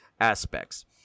aspects